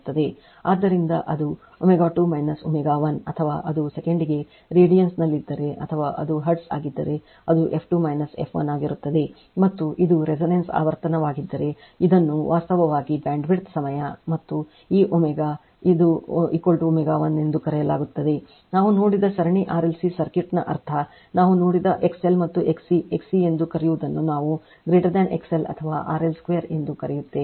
ಆದ್ದರಿಂದ ಅದು ω2 ω 1 ಅಥವಾ ಅದು ಸೆಕೆಂಡಿಗೆ ರೇಡಿಯನ್ನಲ್ಲಿದ್ದರೆ ಅಥವಾ ಅದು ಹರ್ಟ್ಜ್ ಆಗಿದ್ದರೆ ಅದು f 2 f 1 ಆಗಿರುತ್ತದೆ ಮತ್ತು ಇದು resonance ಆವರ್ತನವಾಗಿದ್ದರೆ ಇದನ್ನು ವಾಸ್ತವವಾಗಿ ಬ್ಯಾಂಡ್ವಿಡ್ತ್ ಸಮಯ ಮತ್ತು ಈ ω ಅದು ω 1 ಎಂದು ಕರೆಯಲಾಗುತ್ತದೆ ನಾವು ನೋಡಿದ ಸರಣಿ RLC ಸರ್ಕ್ಯೂಟ್ನ ಅರ್ಥ ನಾವು ನೋಡಿದ XL ಮತ್ತು XC XC ಎಂದು ಕರೆಯುವದನ್ನು ನಾವು XL ಅಥವಾ RL2 ಎಂದು ಕರೆಯುತ್ತೇವೆ